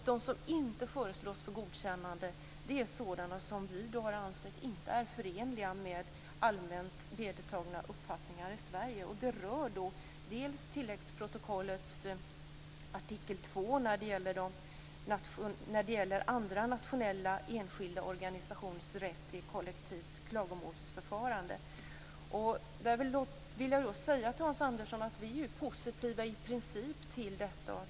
De som inte föreslås för godkännande är sådana som vi inte ansett förenliga med allmänt vedertagna uppfattningar i Sverige. Det rör dels tilläggsprotokollets artikel 2, dvs. andra nationella enskilda organisationers rätt till kollektivt klagomålsförfarande. Vi är i princip positiva till detta, Hans Andersson.